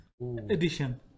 edition